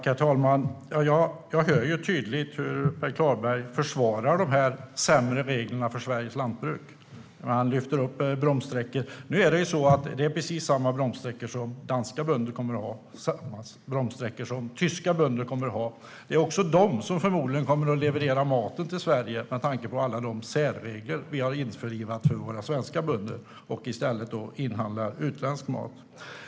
Herr talman! Jag hör ju tydligt hur Per Klarberg försvarar de här sämre reglerna för Sveriges lantbruk. Han lyfter upp bromssträckor, men nu är det så att det är precis samma bromssträckor som danska och tyska bönder kommer att ha. Det är också de som förmodligen kommer att leverera mat till Sverige med tanke på alla de särregler vi har infört för våra svenska bönder. I stället kommer vi att handla utländsk mat.